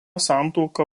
santuoka